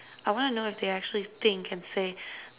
I want to know if they actually think and say